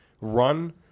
run